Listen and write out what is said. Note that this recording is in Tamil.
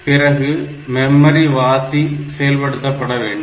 பிறகு மெமரி வாசி செயல்படுத்தப்பட வேண்டும்